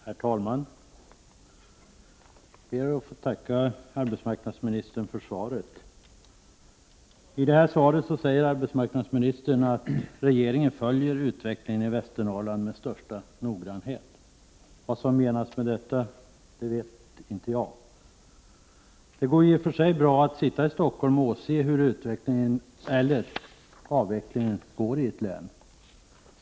Herr talman! Jag ber att få tacka arbetsmarknadsministern för svaret. I svaret säger arbetsmarknadsministern att regeringen följer utvecklingen i Västernorrland med största noggrannhet. Vad som menas med detta vet inte jag. Det går ju bra att sitta i Stockholm och åse hur utvecklingen eller avvecklingen går i ett län.